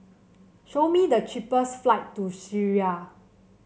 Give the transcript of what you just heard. show me the cheapest flight to Syria